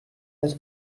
des